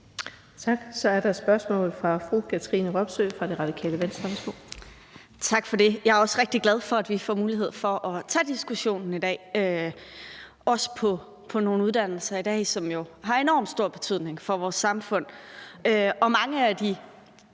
Tak. Så er der et spørgsmål fra fru Katrine Robsøe fra Radikale Venstre.